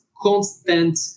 constant